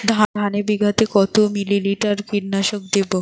ধানে বিঘাতে কত মিলি লিটার কীটনাশক দেবো?